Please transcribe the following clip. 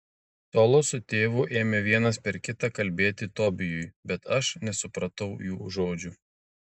solo su tėvu ėmė vienas per kitą kalbėti tobijui bet aš nesupratau jų žodžių